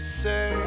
say